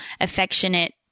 affectionate